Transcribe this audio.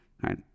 right